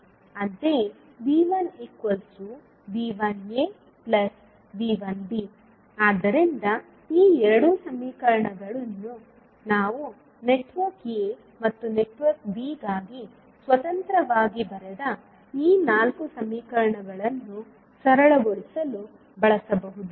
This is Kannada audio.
ಅಂತೆಯೇ V1V1aV1b ಆದ್ದರಿಂದ ಈ ಎರಡು ಸಮೀಕರಣಗಳನ್ನು ನಾವು ನೆಟ್ವರ್ಕ್ a ಮತ್ತು ನೆಟ್ವರ್ಕ್ b ಗಾಗಿ ಸ್ವತಂತ್ರವಾಗಿ ಬರೆದ ಈ ನಾಲ್ಕು ಸಮೀಕರಣಗಳನ್ನು ಸರಳಗೊಳಿಸಲು ಬಳಸಬಹುದು